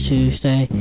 Tuesday